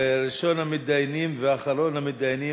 ראשון המתדיינים ואחרון המתדיינים,